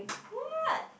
what